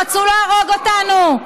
רצו להרוג אותנו.